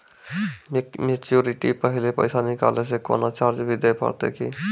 Maturity के पहले पैसा निकालै से कोनो चार्ज भी देत परतै की?